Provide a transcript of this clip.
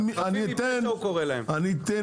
אני אתן